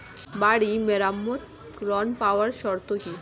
বাড়ি মেরামত ঋন পাবার শর্ত কি?